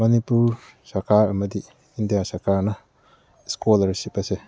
ꯃꯅꯤꯄꯨꯔ ꯁꯔꯀꯥꯔ ꯑꯃꯗꯤ ꯏꯟꯗꯤꯌꯥ ꯁꯔꯀꯥꯔꯅ ꯏꯁꯀꯣꯂꯥꯔꯁꯤꯞ ꯑꯁꯦ